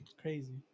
crazy